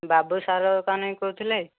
ବାବୁ sir ଦୋକାନୀ କହୁଥିଲେ